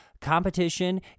Competition